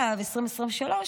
2023,